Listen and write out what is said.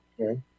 Okay